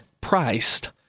priced